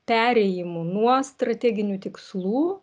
perėjimu nuo strateginių tikslų